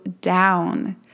down